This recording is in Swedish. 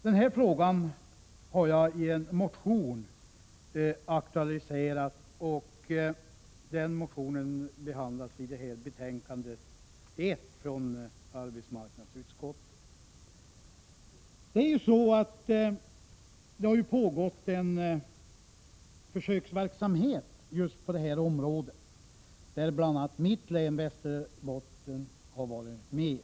Den frågan har jag aktualiserat i en motion som behandlas i betänkande 1 från arbetsmarknadsutskottet. Det har pågått en försöksverksamhet på detta område, där bl.a. mitt län, Västerbotten, har varit med.